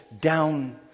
down